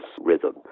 rhythm